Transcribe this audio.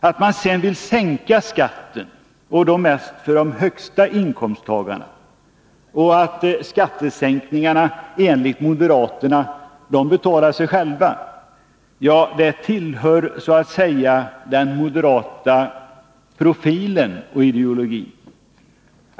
Att moderaterna sedan vill sänka skatten — mest för dem med de högsta inkomsterna — och att de säger att skattesänkningen betalar sig själv, tillhör den moderata profilen och ideologin.